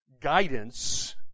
guidance